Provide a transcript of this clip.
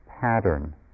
pattern